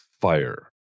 fire